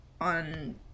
on